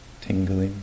tingling